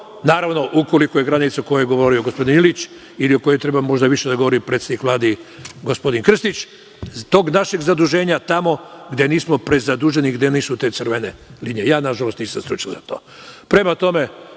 naravno, ukoliko je granica o kojoj je govorio gospodin Ilić, ili možda o kojoj treba više da govori predsednik Vlade i gospodin Krstić, tog našeg zaduženja tamo, gde nismo prezaduženi, gde nisu te crvene linije, ja, nažalost, nisam stručnjak